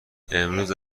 امروز